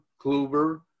Kluber